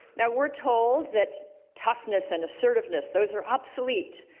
now, we're told that toughness and assertiveness, those are obsolete,